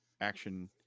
action